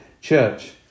church